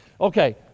okay